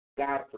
God